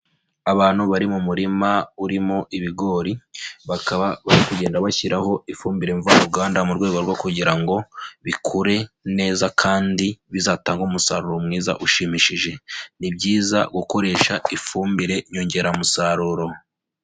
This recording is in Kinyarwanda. Abantu bari mu murima urimo ibigori, bakaba bari kugenda bashyiraho ifumbire mvaruganda mu rwego rwo kugira ngo bikure neza kandi bizatange umusaruro mwiza ushimishije, ni byiza gukoresha ifumbire nyongeramusaruro.